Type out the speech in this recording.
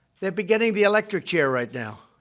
they'd be getting the electric chair right now.